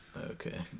okay